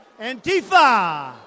Antifa